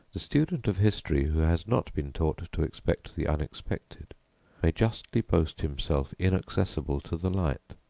the student of history who has not been taught to expect the unexpected may justly boast himself inaccessible to the light.